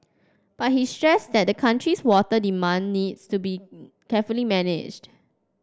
but he stressed that the country's water demand needs to be carefully managed